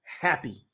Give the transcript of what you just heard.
happy